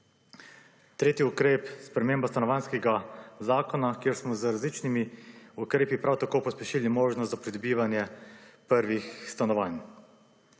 tretji ukrep sprememba Stanovanjskega zakona, kjer smo z različnimi ukrepi prav tako pospešili možnost za pridobivanje prvih stanovanj.